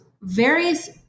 various